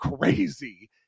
crazy